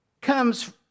comes